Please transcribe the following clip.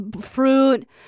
fruit